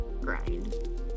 grind